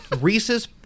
Reese's